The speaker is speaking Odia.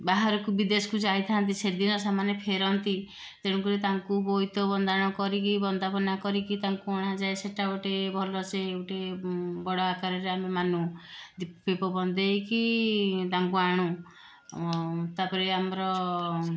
ବାହାରକୁ ବିଦେଶକୁ ଯାଇଥାନ୍ତି ସେଦିନ ସେମାନେ ଫେରନ୍ତି ତେଣୁକରି ତାଙ୍କୁ ବୋଇତ ବନ୍ଦାଣ କରିକି ବନ୍ଦାପନା କରିକି ତାଙ୍କୁ ଅଣାଯାଏ ସେଇଟା ଗୋଟେ ଭଲସେ ଗୋଟେ ବଡ଼ ଆକାରରେ ଆମେ ମାନୁ ଦୀପ ବନ୍ଦେଇକି ତାଙ୍କୁ ଆଣୁ ତା'ପରେ ଆମର